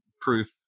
proof